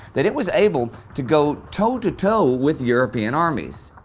that it was able to go toe to toe with european armies.